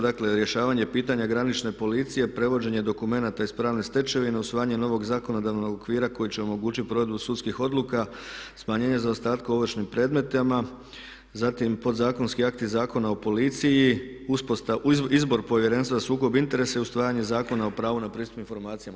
Dakle, rješavanje pitanja granične policije, prevođenje dokumenata iz pravne stečevine, usvajanje novog zakonodavnog okvira koji će omogućiti provedbu sudskih odluka, smanjenje zaostatka u ovršnim predmetima, zatim podzakonski akti Zakona o policiji, izbor Povjerenstva za sukob interesa i usvajanje Zakona o pravu na pristup informacijama.